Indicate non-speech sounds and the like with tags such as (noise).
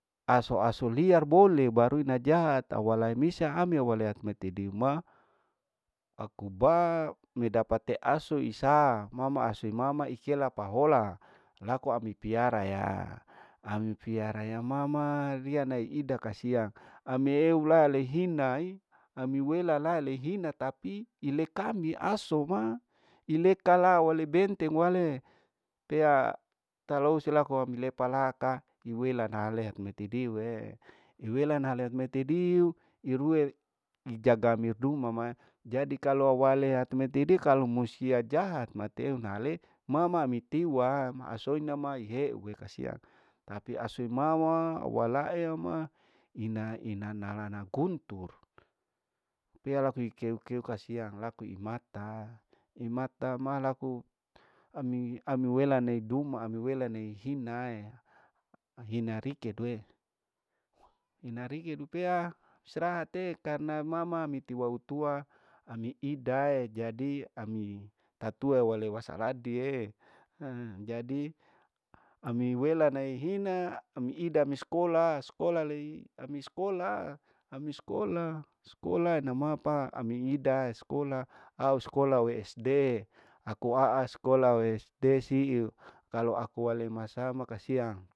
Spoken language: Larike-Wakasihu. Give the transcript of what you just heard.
Asu asu liar bole baru ina jahat, awala misie ame walea metedima aku baa medapate asu isaa mama asui mama ikei lapa hola laku ami piara ya, ami piara ya mama riya nai ida kasiang amieu lalehinai ami wela ialehina, tapi ilekami aso ma ileka leu lebenteng wale pea kalau selaku ami lepa laaka iwela nahaleu mitidiuee, imelanhale metediu irue ijaga merdu mama, jadi kalau wale hatu metidiue kalau musia jahat mateu ina hale mama ami tiu waa asoina maiiheu ekasiang. tapi asoi mama awala eu ma ina inana halana kontu ria laku ikeu keu kasiang laku imatta, imatta ma laku ami ami wela weduma ami wela nei hinae, ina rike duwe, ina rikadu pea strahate karna mama mitiau mitua ami idae jadi ami tatuae wale wasaladiee (hesitation) jadi, ami welanaihina ami ida mei skola skola lei ami skola ami skola skola namapa ami ida iskola skola ami ida au we sd ako aa skola westesiu kalu aku male masa ma kasiang.